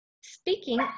speaking